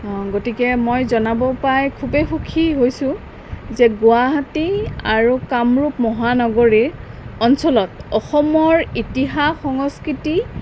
গতিকে মই জনাব পাই খুবেই সুখী হৈছোঁ যে গুৱাহাটী আৰু কামৰূপ মহানগৰ অঞ্চলত অসমৰ ইতিহাস সংস্কৃতি